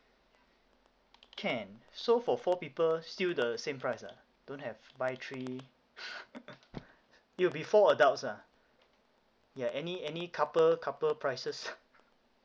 can so for four people still the same price ah don't have buy three it'll be four adults ah yeah any any couple couple prices